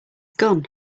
gun